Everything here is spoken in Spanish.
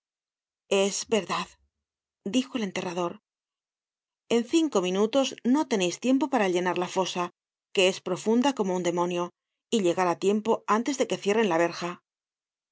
es verdad dijo el enterrador en cinco minutos no teneis tiempo para llenar la fosa que es profunda como un demonio y llegar á tiempo antes de que cierren la verja